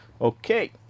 Okay